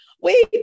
wait